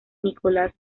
nicolás